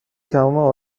تمام